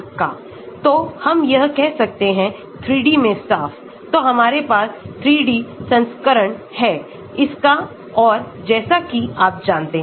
तो हमयह कह सकते हैं 3डी में साफ तो हमारे पास 3 डी संस्करण है इसका और जैसा कि आप जानते हैं